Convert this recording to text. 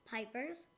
Piper's